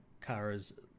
kara's